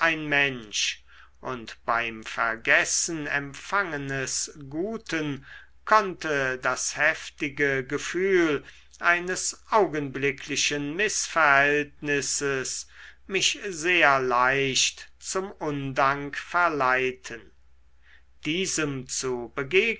mensch und beim vergessen empfangenes guten konnte das heftige gefühl eines augenblicklichen mißverhältnisses mich sehr leicht zum undank verleiten diesem zu